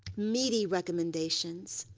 meaty recommendations.